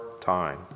time